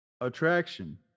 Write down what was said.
attraction